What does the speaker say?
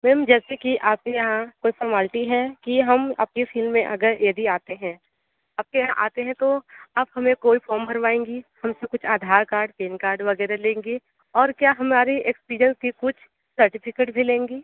ma'am जैसे की आपके यहाँ कोई फॉरमल्टी है कि हम आपकी फिल्म में अगर यदि आते हैं आपके यहाँ आते हैं तो आप हमें कोई फॉर्म भरवाएँगी हम से कुछ आधार कार्ड पैन कार्ड वगैरह लेंगी और क्या हमारी एक्सपीरियंस की कुछ सर्टिफिकेट भी लेंगी